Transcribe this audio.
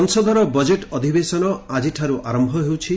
ସଂସଦର ବଜେଟ୍ ଅଧିବେଶନ ଆଜିଠାରୁ ଆରମ୍ଭ ହେଉଛି